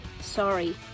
sorry